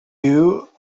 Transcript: you